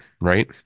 right